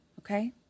Okay